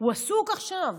הוא עסוק עכשיו